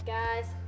guys